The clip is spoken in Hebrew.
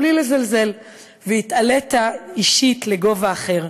"בלי לזלזל" "והתעלית אישית לגובה אחר,